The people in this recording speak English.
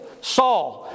Saul